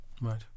right